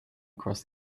across